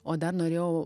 o dar norėjau